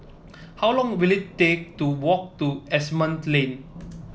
how long will it take to walk to Asimont Lane